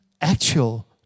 actual